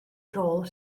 rôl